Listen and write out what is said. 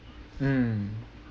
mm